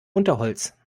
unterholz